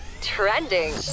trending